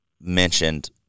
mentioned